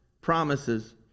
promises